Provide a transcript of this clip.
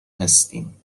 هستیم